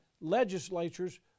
legislatures